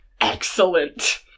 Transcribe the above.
Excellent